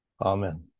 Amen